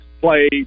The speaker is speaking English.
play